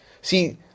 See